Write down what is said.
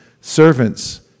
servants